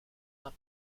d’un